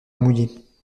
mouillés